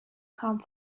come